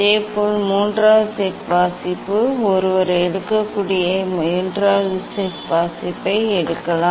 இதேபோல் மூன்றாவது செட் வாசிப்பு ஒருவர் எடுக்கக்கூடிய மூன்றாவது செட் வாசிப்பை எடுக்கலாம்